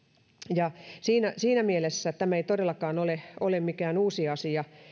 siinä siinä mielessä tämä ei todellakaan ole ole mikään uusi asia